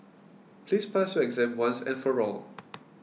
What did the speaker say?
please pass your exam once and for all